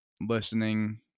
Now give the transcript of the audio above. listening